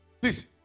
Please